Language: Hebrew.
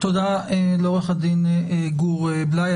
תודה לעורך הדין גור בליי,